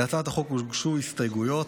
להצעת החוק הוגשו הסתייגויות.